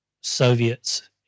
Soviets